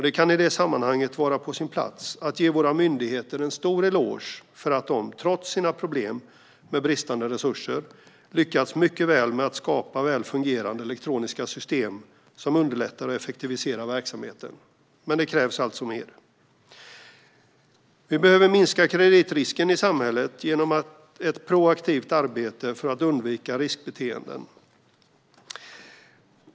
Det kan i detta sammanhang vara på sin plats att ge våra myndigheter en stor eloge för att de, trots sina problem med bristande resurser, lyckats mycket väl med att skapa väl fungerande elektroniska system som underlättar och effektiviserar verksamheten. Men det krävs alltså mer. Vi behöver minska kreditrisken i samhället genom ett proaktivt arbete för att undvika riskbeteenden.